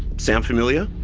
sound familiar?